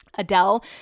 Adele